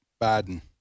Biden